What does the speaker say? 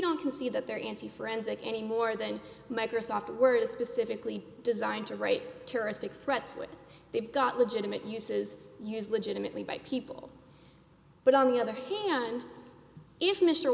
don't concede that they're into forensic any more than microsoft word specifically designed to write terroristic threats when they've got legitimate uses use legitimately by people but on the other hand if mr